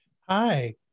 Hi